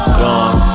gone